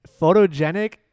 Photogenic